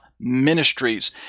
Ministries